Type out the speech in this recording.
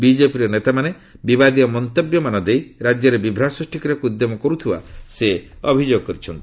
ବିଜେପିର ନେତାମାନେ ବିବାଦୀୟ ମନ୍ତବ୍ୟମାନ ଦେଇ ରାଜ୍ୟରେ ବିଭ୍ରାଟ ସୃଷ୍ଟି କରିବାକୁ ଉଦ୍ୟମ କରୁଥିବା ସେ ଅଭିଯୋଗ କରିଛନ୍ତି